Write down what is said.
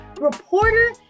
reporter